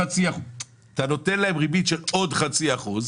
אתה נותן להם ריבית של עוד חצי אחוז.